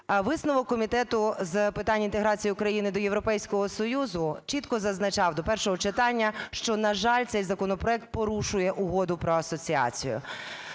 висновок Комітету з питань інтеграції України до Європейського Союзу чітко зазначав до першого читання, що, на жаль, цей законопроект порушує Угоду про асоціацію.